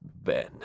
Ben